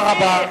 תודה רבה.